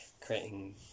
creating